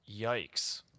Yikes